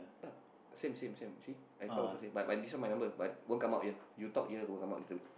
same same same see I talk also same but but this one my number but won't come out here you talk here will come out little bit